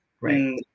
Right